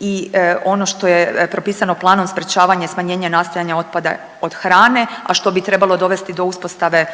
i ono što je propisano planom sprječavanje smanjenja nastajanja otpada od hrane, a što bi trebalo dovesti do uspostave